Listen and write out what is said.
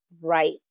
right